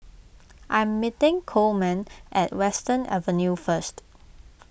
I'm meeting Coleman at Western Avenue first